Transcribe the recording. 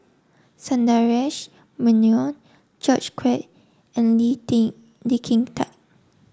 Sundaresh Menon George Quek and Lee Kin Tat